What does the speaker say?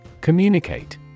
Communicate